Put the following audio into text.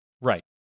Right